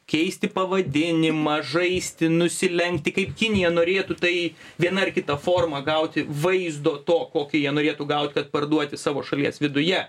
keisti pavadinimą žaisti nusilenkti kaip kinija norėtų tai viena ar kita forma gauti vaizdo to kokio jie norėtų gaut kad parduoti savo šalies viduje